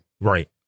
Right